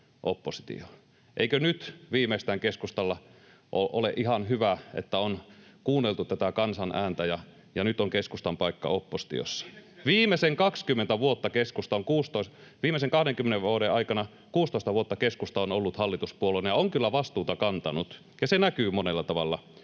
Eikö nyt viimeistään ole ihan hyvä, että keskustassa on kuunneltu tätä kansan ääntä? Nyt on keskustan paikka oppositiossa. [Välihuuto] Viimeisen 20 vuoden aikana 16 vuotta keskusta on ollut hallituspuolueena ja on kyllä vastuuta kantanut, ja se näkyy monella tavalla